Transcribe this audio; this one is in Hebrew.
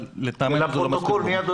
אבל לטעמנו זה לא מספיק ברור.